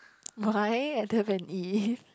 mine I don't have if